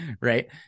right